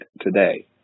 today